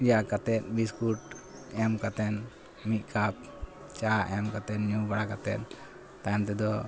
ᱯᱮᱭᱟ ᱠᱟᱛᱮᱫ ᱵᱤᱥᱠᱩᱴ ᱮᱢ ᱠᱟᱛᱮᱱ ᱢᱤᱫ ᱠᱟᱯ ᱪᱟ ᱮᱢ ᱠᱟᱛᱮᱫ ᱧᱩ ᱵᱟᱲᱟ ᱠᱟᱛᱮᱫ ᱛᱟᱭᱢ ᱛᱮᱫᱚ